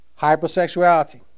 hypersexuality